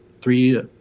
Three